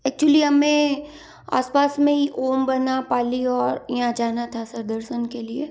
actually हमें आसपास में ही ओम बन्ना पाली और यहाँ जाना था सर दर्शन के लिए